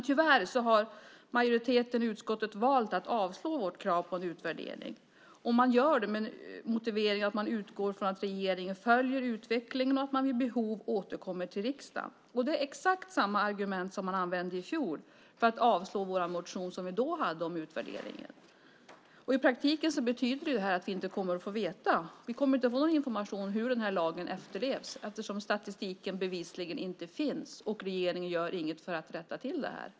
Tyvärr har majoriteten i utskottet valt att avstyrka vårt krav på utvärdering. Majoriteten gör det med motiveringen att man utgår från att regeringen följer utvecklingen och vid behov återkommer till riksdagen. Det är exakt samma argument som användes i fjol för att avslå den motion vi då hade om utvärderingen. I praktiken betyder detta att vi inte kommer att få veta. Vi kommer inte att få någon information om hur lagen efterlevs eftersom statistiken bevisligen inte finns och regeringen inte gör något för att rätta till det.